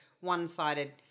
one-sided